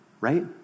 right